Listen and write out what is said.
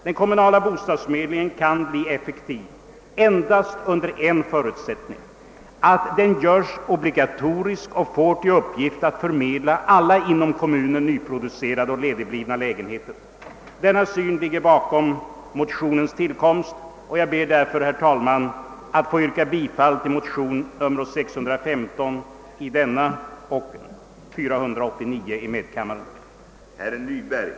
Den kommunala bostadsförmedlingen kan bli effektiv endast under en Åtgärder för att åstadkomma bärkraftiga och effektiva familjejordbruk förutsättning, nämligen att den göres obligatorisk och får till uppgift att förmedla alla inom kommunen nyproducerade och ledigblivna lägenheter. Denna syn ligger bakom motionens tillkomst, och jag ber därför, herr talman, att få yrka bifall till motionerna I: 489 och II: 615.